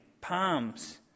palms